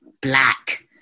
black